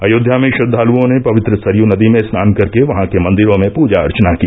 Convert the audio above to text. अयोध्या में श्रद्वालुओं ने पवित्र सरयू नदी में स्नान कर के वहां के मंदिरों में पूजा अर्चना की